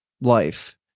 life